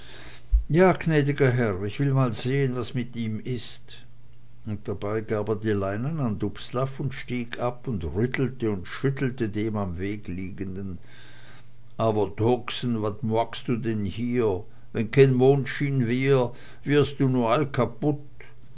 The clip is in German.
ja gnädiger herr ich will mal sehen was es mit ihm is und dabei gab er die leinen an dubslav und stieg ab und rüttelte und schüttelte den am wege liegenden awer tuxen wat moakst du denn hier wenn keen moonschien wiehr wiehrst du nu